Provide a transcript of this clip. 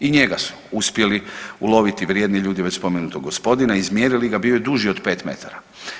I njega su uspjeli uloviti vrijedni ljudi već spomenutog gospodina, izmjerili ga, bio je duži od 5 metara.